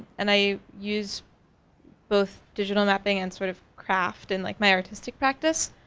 and i use both digital mapping and sort of craft in like my artistic practice